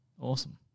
Awesome